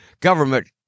Government